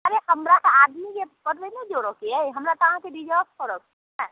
अरे हमरा तऽ आदमी जे ओहिमे नहि जोड़ऽके अइ हमरा तऽ अहाँकेँ रिजर्व करऽके अइ ने